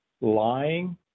lying